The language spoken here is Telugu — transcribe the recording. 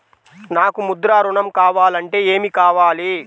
నాకు ముద్ర ఋణం కావాలంటే ఏమి కావాలి?